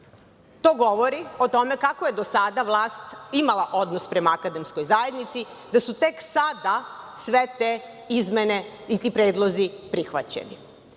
To govori o tome kako je do sada vlast imala odnos prema akademskoj zajednici, da su tek sada sve te izmene i ti predlozi prihvaćeni.Međutim